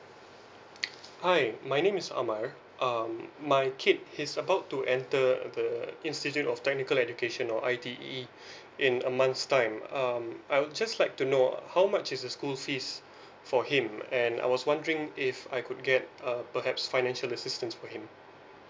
hi my name is amar um my kid he's about to enter the institute of technical education or I_T_E in a month's time um I would just like to know how much is the school fees for him and I was wondering if I could get uh perhaps financial assistance for him